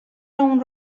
اون